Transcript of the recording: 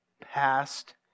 past